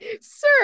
sir